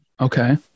Okay